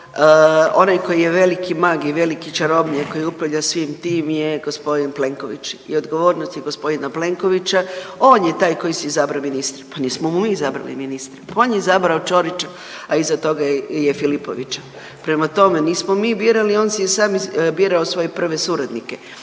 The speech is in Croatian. onaj koji je veliki magij i veliki čarobnjak koji upravlja svim tim je gospodin Plenković i odgovornost je gospodina Plenkovića. On je taj koji si izabrao ministre, pa nismo mu izabrali ministre, pa on je izabrao Čorića, a iza toga je Filipovića. Prema tome, nismo mi birali on si je sam birao svoje prve suradnike.